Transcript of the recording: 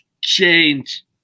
change